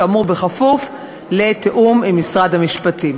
כאמור בכפוף לתיאום עם משרד המשפטים.